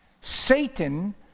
Satan